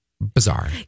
bizarre